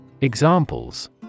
Examples